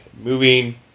Moving